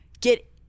get